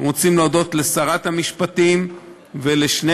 אנחנו רוצים להודות לשרת המשפטים ולשני